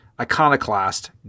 iconoclast